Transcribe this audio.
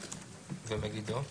ובמגידו,